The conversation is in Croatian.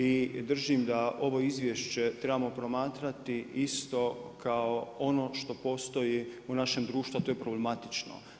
I držim da ovo izvješće trebamo promatrati isto kao ono što postoji u našem društvu a to je problematično.